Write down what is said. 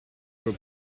were